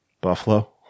Buffalo